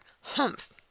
Humph